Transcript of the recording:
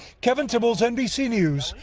kevin tibbles, nbc news,